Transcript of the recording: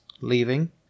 leaving